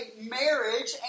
marriage